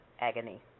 agony